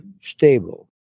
stable